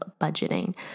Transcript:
budgeting